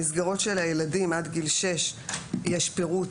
במסגרות של הילדים עד גיל שש יש פירוט